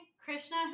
krishna